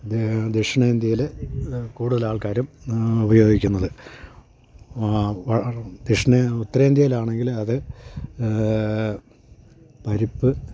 ദക്ഷിണേന്ത്യയിലെ കൂടുതലാൾക്കാരും ഉപയോഗിക്കുന്നത് ദക്ഷിണ ഉത്തരേന്ത്യയിലാണെങ്കിൽ അത് പരിപ്പ്